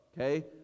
okay